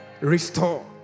restore